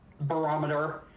barometer